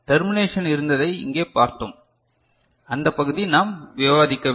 termination இருந்ததை இங்கே பார்த்தோம் அந்த பகுதி நாம் விவாதிக்கவில்லை